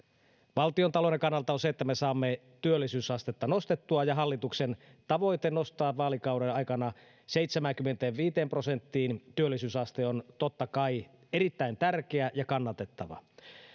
valtiontalouden kannalta on se että me saamme työllisyysastetta nostettua ja hallituksen tavoite nostaa työllisyysaste vaalikauden aikana seitsemäänkymmeneenviiteen prosenttiin on totta kai erittäin tärkeä ja kannatettava